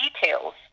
details